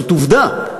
זאת עובדה.